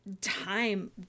time